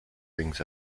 rings